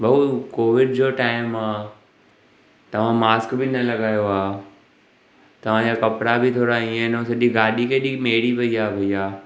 भाऊ कोविड जो टाइम आहे तव्हां मास्क बि न लॻायो आहे कपिड़ा बि थोरा ईअं इ आहिनि ऐं सॾी गाॾी केॾी मेरी पई आहे भइया